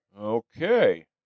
Okay